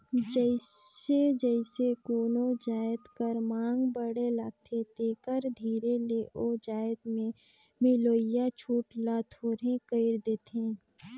जइसे जइसे कोनो जाएत कर मांग बढ़े लगथे तेकर धीरे ले ओ जाएत में मिलोइया छूट ल थोरहें कइर देथे